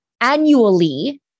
annually